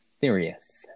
serious